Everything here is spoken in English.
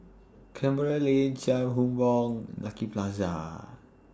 Canberra Lane Chia Hung Boo Lucky Plaza